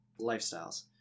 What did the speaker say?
lifestyles